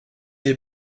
des